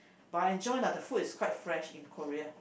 but I enjoy lah the food is quite fresh in Korea